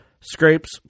scrapes